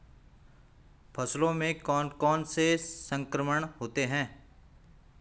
फसलों में कौन कौन से संक्रमण होते हैं?